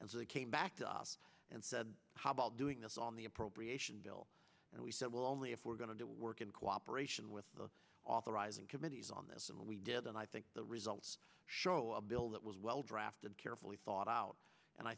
and so they came back to us and said how about doing this on the appropriation bill and we said well only if we're going to work in cooperation with the authorizing committees on this and we did and i think the results show a bill that was well drafted carefully thought out and i